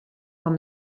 from